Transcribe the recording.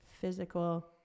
physical